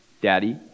daddy